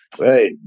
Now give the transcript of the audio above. Right